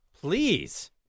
please